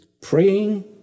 praying